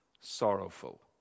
sorrowful